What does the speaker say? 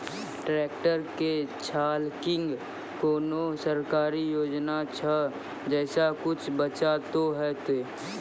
Tractor के झाल किंग कोनो सरकारी योजना छ जैसा कुछ बचा तो है ते?